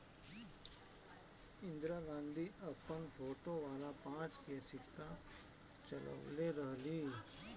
इंदिरा गांधी अपन फोटो वाला पांच के सिक्का चलवले रहली